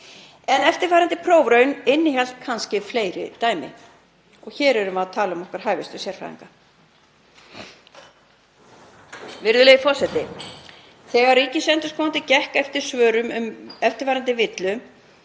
En eftirfarandi prófraun innihélt kannski fleiri dæmi. Og hér erum við að tala um okkar hæfustu sérfræðinga. Virðulegur forseti. Þegar ríkisendurskoðandi gekk eftir svörum um fyrrgreinda villu